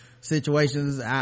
situations